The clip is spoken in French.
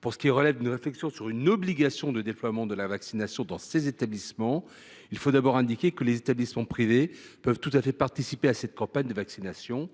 Pour ce qui relève d’une réflexion sur une obligation de déploiement de la vaccination dans ces établissements, il faut d’abord indiquer que les établissements privés peuvent tout à fait participer à la campagne de vaccination.